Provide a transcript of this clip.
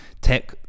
Tech